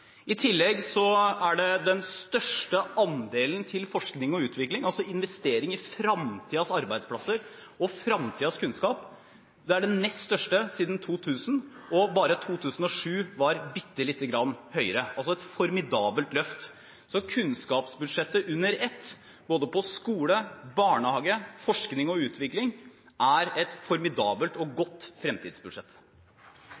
andelen til forskning og utvikling, altså investering i fremtidens arbeidsplasser og fremtidens kunnskap, den nest største siden 2000 – bare 2007 var bittelite grann høyere – altså et formidabelt løft. Kunnskapsbudsjettet sett under ett – for både skole, barnehage, forskning og utvikling – er et formidabelt og